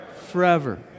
forever